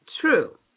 true